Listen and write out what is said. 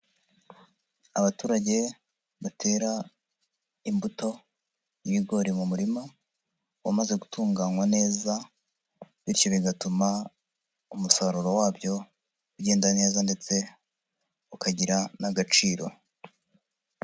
Abaturage batera imbuto y'ibigori mu murima wamaze gutunganywa neza, bityo bigatuma umusaruro wabyo ugenda neza ndetse ukagira n'agaciro.